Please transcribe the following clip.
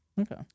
Okay